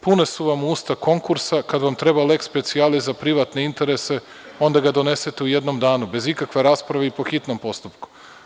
Puna su vam usta konkursa, kada vam treba „leks specialis“ za privatne interese, onda ga donesete u jednom danu, bez ikakve rasprave i po hitnom postupku.